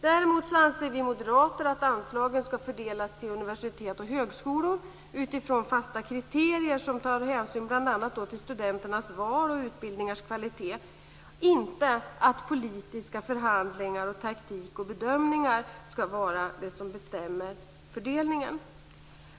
Däremot anser vi moderater att anslagen skall fördelas till universitet och högskolor utifrån fasta kriterier som tar hänsyn bl.a. till studenternas val och utbildningars kvalitet. Politiska förhandlingar, taktik och politiska bedömningar skall inte var det som bestämmer fördelningen.